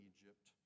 Egypt